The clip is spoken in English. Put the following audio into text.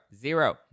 zero